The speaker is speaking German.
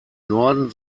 norden